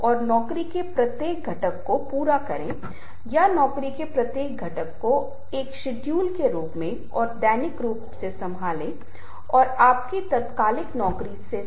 मैं क्षण भर में समझाता हूं आप स्टोरीबोर्ड का उपयोग कर सकते हैं एक स्टोरीबोर्ड मैं एक क्षण में समझाऊंगा फिर आप यह योजना बनाते हैं कि यह कैसे बहेगा समय और आप पूरी चीज को कैसे संक्षेप में प्रस्तुत करेंगे